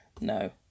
No